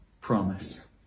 promise